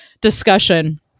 discussion